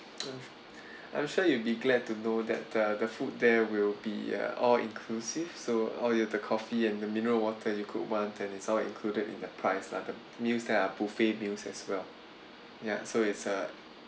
mm I'm sure you will be glad to know that the the food there will be uh all inclusive so all you have the coffee and the mineral water you could want all included in the price lah the meals that are buffet meals as well yeah so is uh